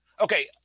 Okay